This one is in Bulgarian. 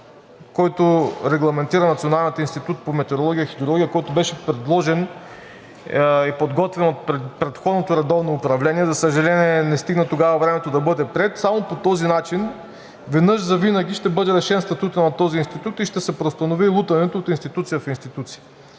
който регламентира Националният институт по метеорология и хидрология, който беше предложен и подготвен от предходното редовно управление. За съжаление, тогава времето не стигна, за да бъде приет. Само по този начин веднъж завинаги ще бъде решен статутът на този институт и ще се преустанови лутането от институция в институция.